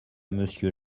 monsieur